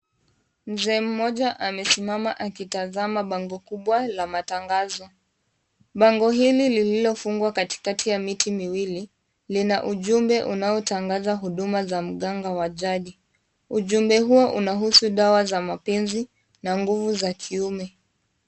Mzee mmoja amesima akitazama bango kubwa la matangazo Bango hili lililofungwa katikati ya miti miwili, lina ujumbe unaotangaza huduma za mganga wa jadi . Ujumbe huo unahusu dawa za mapenzi na nguvu za kiume.